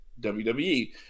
WWE